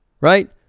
right